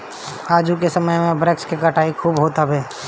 आजू के समय में वृक्ष के कटाई खूब होखत हअ